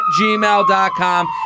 gmail.com